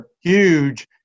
huge